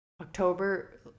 October